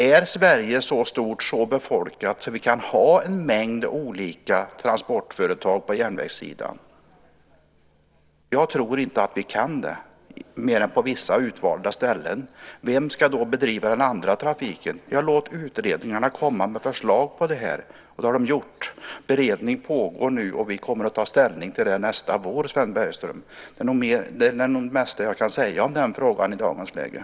Är Sverige så stort och så befolkat att vi kan ha en mängd olika transportföretag på järnvägssidan? Jag tror inte att vi kan ha det mer än på vissa utvalda ställen. Vem ska då driva den andra trafiken? Ja, låt utredningarna komma med förslag! Så har också skett, och beredning pågår nu. Vi kommer att ta ställning till detta nästa vår, Sven Bergström! Detta är nog det mesta jag i dagsläget kan säga i den frågan.